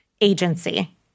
agency